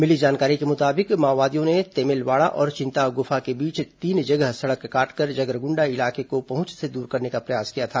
मिली जानकारी के मुताबिक माओवादियों ने तेमेलवाड़ा और चिंतागुफा के बीच तीन जगह सड़क काटकर जगरगुंडा इलाके को पहुंच से दूर करने का प्रयास किया था